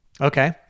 Okay